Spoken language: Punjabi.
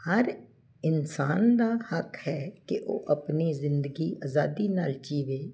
ਹਰ ਇਨਸਾਨ ਦਾ ਹੱਕ ਹੈ ਕਿ ਉਹ ਆਪਣੀ ਜ਼ਿੰਦਗੀ ਆਜ਼ਾਦੀ ਨਾਲ ਜੀਵੇ